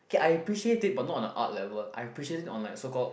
okay I appreciate it but not a art level I appreciate it on like so called